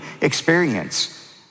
experience